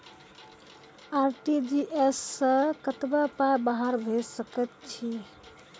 RTGS सअ कतबा पाय बाहर भेज सकैत छी?